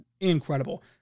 incredible